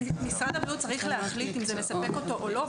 משרד הבריאות צריך להחליט האם זה מספק אותו או לא,